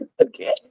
Okay